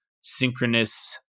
synchronous